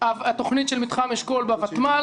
התוכנית של מתחם אשכול בותמ"ל,